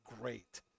great